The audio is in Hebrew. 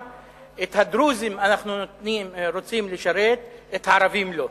את הדרוזים אנחנו רוצים לשרת, את הערבים לא,